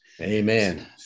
Amen